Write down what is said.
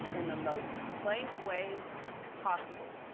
in the most plank way possible.